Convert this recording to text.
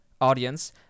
audience